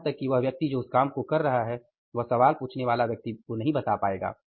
यहां तक कि वह व्यक्ति जो उस काम को कर रहा है वह सवाल पूछनेवाले व्यक्ति को नहीं बता पाएगा